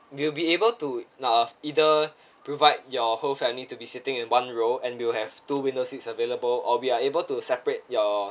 we'll be able to uh either provide your whole family to be sitting in one row and we'll have two window seats available or we are able to separate your